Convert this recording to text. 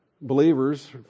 believers